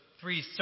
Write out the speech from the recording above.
three